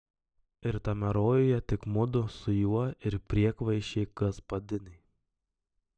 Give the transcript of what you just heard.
ir tame rojuje tik mudu su juo ir priekvaišė gaspadinė